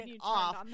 off